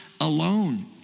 alone